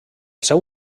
seu